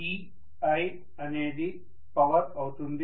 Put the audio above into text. ei అనేది power అవుతుంది